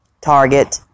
Target